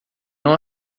não